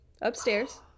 upstairs